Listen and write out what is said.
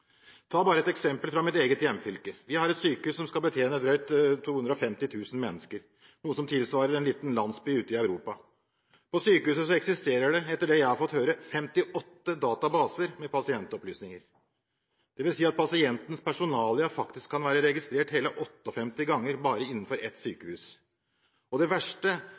Ta bare et eksempel fra mitt eget hjemfylke. Vi har et sykehus som skal betjene drøyt 250 000 mennesker – noe som tilsvarer en liten landsby ute i Europa. På sykehuset eksisterer det – etter det jeg har fått høre – 58 databaser med pasientopplysninger. Det vil si at pasientens personalia faktisk kan være registrert hele 58 ganger bare innenfor ett sykehus. Det verste